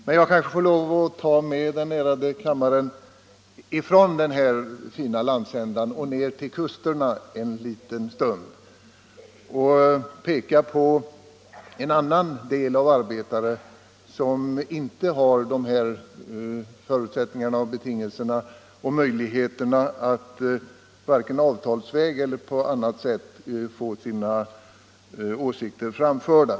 Men jag kanske får lov att en liten stund ta med kammarens ledamöter från denna fina landsända ner till kusten och visa på en annan kategori arbetare som inte har förutsättningar, betingelser eller möjligheter att vare sig avtalsvägen eller på annat sätt få sina åsikter framförda.